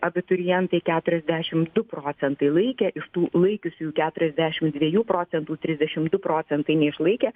abiturientai keturiasdešimt du procentai laikė iš tų laikiusiųjų keturiasdešimt dviejų procentų trisdešimt du procentai neišlaikė